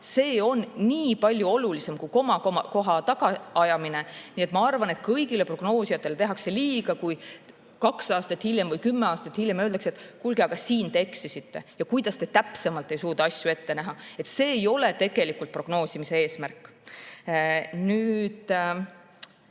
teine plaan, palju olulisem kui komakoha tagaajamine. Nii et ma arvan, et kõigile prognoosijatele tehakse liiga, kui kaks aastat hiljem või kümme aastat hiljem öeldakse, et kuulge, siin te eksisite ja kuidas te täpsemalt ei suuda asju ette näha. See ei ole tegelikult prognoosimise eesmärk.